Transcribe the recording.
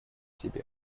себе